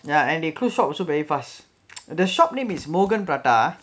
ya and they close shop also very fast the shop name is morgan prata